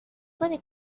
puede